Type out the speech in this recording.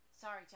Sorry